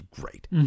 great